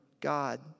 God